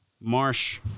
marsh